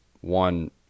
one